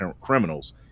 criminals